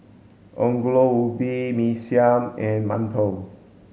Ongol Ubi Mee Siam and Mantou